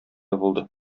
булды